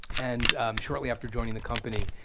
and shortly after joining the company,